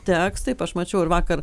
teks taip aš mačiau ir vakar